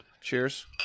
Cheers